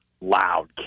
loud